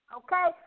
okay